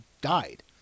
died